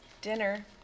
dinner